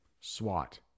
Swat